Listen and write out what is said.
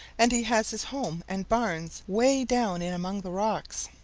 and he has his home and barns way down in among the rocks.